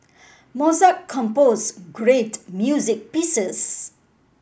Mozart composed great music pieces